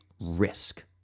risk